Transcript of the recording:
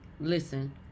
Listen